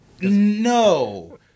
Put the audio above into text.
No